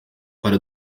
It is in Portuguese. para